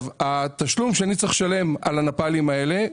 התשלום שאני צריך לשלם על הנפאלים האלה,